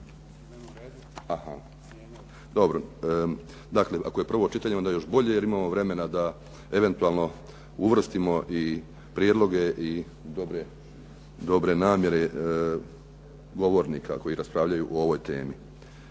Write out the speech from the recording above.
Dobro, dakle ako je prvo čitanje, onda je još bolje jer imamo vremena da eventualno uvrstimo i prijedloge i dobre namjere govornika koji raspravljaju o ovoj temi.